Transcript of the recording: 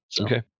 Okay